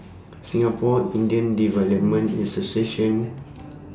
Singapore Indian Development Association